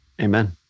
Amen